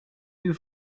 you